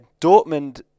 Dortmund